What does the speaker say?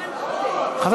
חבר